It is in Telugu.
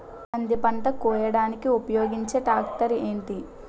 కంది పంట కోయడానికి ఉపయోగించే ట్రాక్టర్ ఏంటి?